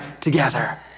together